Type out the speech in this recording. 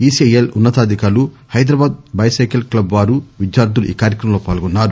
ECIL ఉన్న తాధికారులు హైదరాబాద్ టైసికిల్ క్లబ్ వారు విద్యార్థులు ఈ కార్యక్రమంలో పాల్గొన్నారు